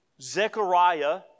Zechariah